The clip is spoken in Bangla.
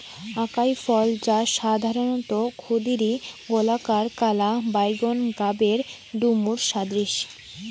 আকাই ফল, যা সাধারণত ক্ষুদিরী, গোলাকার, কালা বাইগোন গাবের ডুমুর সদৃশ